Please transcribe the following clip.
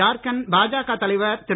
ஜார்க்கண்ட் பாஜக தலைவர் திரு